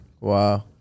Wow